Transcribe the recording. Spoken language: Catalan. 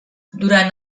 durant